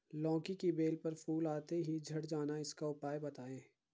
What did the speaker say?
लौकी की बेल पर फूल आते ही झड़ जाना इसका उपाय बताएं?